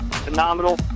Phenomenal